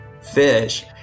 fish